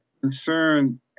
concern